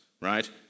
right